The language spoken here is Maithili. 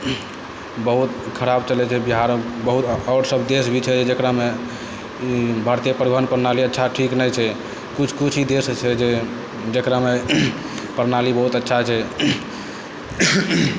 बहुत खराब चलै छै बिहारमे बहुत आओर सब देश भी छै जकरामे भारतीय परिवहन प्रणाली अच्छा ठीक नहि छै किछु किछु ही देश छै जकरामे प्रणाली बहुत अच्छा छै